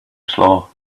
slow